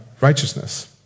righteousness